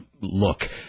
look